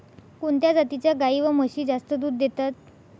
कोणत्या जातीच्या गाई व म्हशी जास्त दूध देतात?